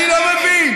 אני לא מבין.